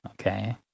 okay